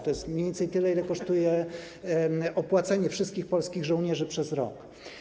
To jest mniej więcej tyle, ile kosztuje opłacenie wszystkich polskich żołnierzy przez rok.